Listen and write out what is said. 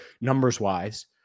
numbers-wise